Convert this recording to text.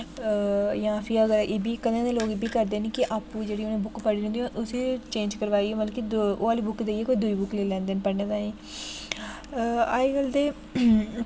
जां फिर अगर एह्बी कदे लोग एह्बी करदे न कि आपूं जेह्ड़ी उनें बुक पढ़ी दी होंदी उस्सी चेंज करवाई मतलब ओह् आह्ली बुक देईयै कोई दुई बुक लेई लैंदे न पढ़ने लेई अजकल्ल ते